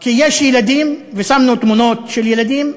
כי יש ילדים, ושמנו תמונות של ילדים,